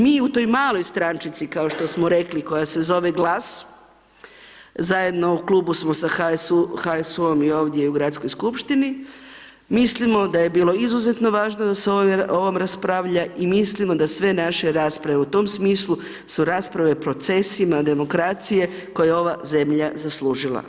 Mi u toj maloj strančici kao što smo rekli, koja se zove GLAS, zajedno u Klubu smo sa HSU-om, i ovdje, i u gradskoj skupštini, mislimo da je bilo izuzetno važno da se o ovom raspravlja, i mislimo da sve naše rasprave u tom smislu su rasprave o procesima demokracije koja je ova zemlja zaslužila.